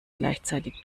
gleichzeitig